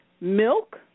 milk